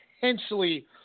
potentially